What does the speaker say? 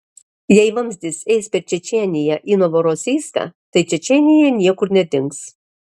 jei vamzdis eis per čečėniją į novorosijską tai čečėnija niekur nedings